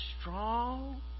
strong